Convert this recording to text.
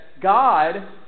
God